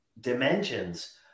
dimensions